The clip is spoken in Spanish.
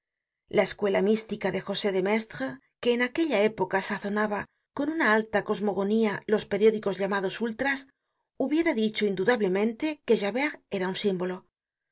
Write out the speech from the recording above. la escuela mística de josé de maistre que en aquella época sazonaba con una alta cosmogonía los periódicos llamados ultras hubiera dicho indudablemente que javert era un símbolo